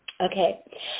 okay